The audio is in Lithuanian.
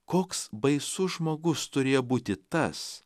koks baisus žmogus turėjo būti tas